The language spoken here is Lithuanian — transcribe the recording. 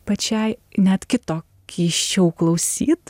pačiai net kito keisčiau klausyt